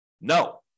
No